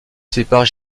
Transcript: sépare